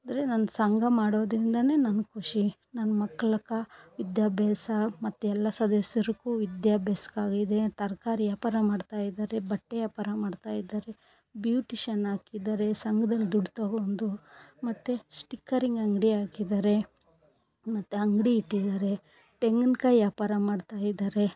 ಅಂದರೆ ನನ್ನ ಸಂಘ ಮಾಡೋದ್ರಿಂದ ನನ್ಗೆ ಖುಷಿ ನನ್ನ ಮಕ್ಳಗೆ ವಿದ್ಯಾಭ್ಯಾಸ ಮತ್ತು ಎಲ್ಲ ಸದಸ್ಯರುಗು ವಿದ್ಯಾಭ್ಯಾಸಕ್ಕಾಗಿದೆ ತರಕಾರಿ ವ್ಯಾಪಾರ ಮಾಡ್ತಾಯಿದಾರೆ ಬಟ್ಟೆ ವ್ಯಾಪಾರ ಮಾಡ್ತಾಯಿದಾರೆ ಬ್ಯೂಟಿಶನ್ ಹಾಕಿದಾರೆ ಸಂಘದಲ್ ದುಡ್ಡು ತಗೊಂಡು ಮತ್ತು ಸ್ಟಿಕ್ಕರಿಂಗ್ ಅಂಗಡಿ ಹಾಕಿದಾರೆ ಮತ್ತು ಅಂಗಡಿ ಇಟ್ಟಿದಾರೆ ತೆಂಗಿನ್ಕಾಯಿ ವ್ಯಾಪಾರ ಮಾಡ್ತಾಯಿದಾರೆ